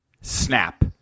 Snap